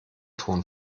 ton